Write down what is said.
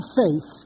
faith